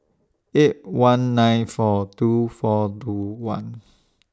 eight one nine four two four two one